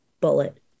bullet